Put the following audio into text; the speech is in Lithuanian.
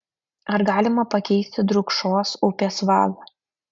ar galima pakeisti drūkšos upės vagą